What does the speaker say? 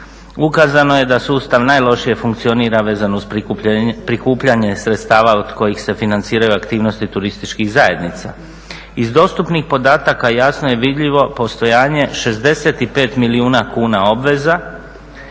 Ukazano je da sustav najlošije funkcionira vezano uz prikupljanje sredstava od kojih se financiraju aktivnosti turističkih zajednica. Iz dostupnih podataka jasno je vidljivo postojanje 65 milijuna kuna obveza